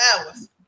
hours